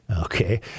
Okay